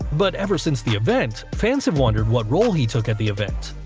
but ever since the event, fans have wondered what role he took at the event.